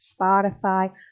Spotify